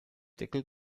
deckel